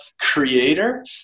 creator